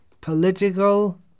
political